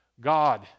God